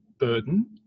burden